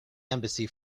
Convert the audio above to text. embassy